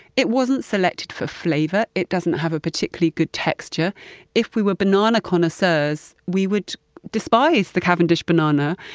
it wasn't selected for flavor, it doesn't have a particularly good texture if we were banana connoisseurs, we would despise the cavendish banana.